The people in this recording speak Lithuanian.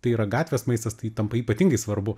tai yra gatvės maistas tai tampa ypatingai svarbu